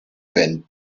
wenn